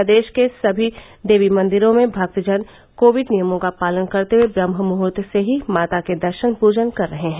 प्रदेश के सभी देवीमंदिरों में भक्तजन कोविड नियमों का पालन करते हुए ब्रम्हमुहूर्त से ही माता के दर्शन पूजन कर रहे हैं